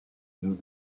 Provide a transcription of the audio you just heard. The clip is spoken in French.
nous